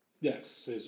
Yes